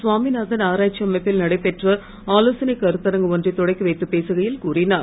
சுவாமிநாதன் ஆராய்ச்சி அமைப்பில் நடைபெற்ற ஆலோசனை கருத்தரங்கு ஒன்றை தொடக்கி வைத்து பேசுகையில் அவர் கூறினார்